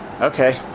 Okay